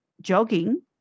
jogging